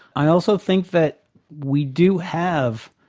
i also think that we do have,